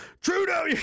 trudeau